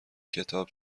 کتاب